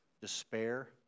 despair